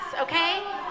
okay